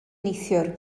neithiwr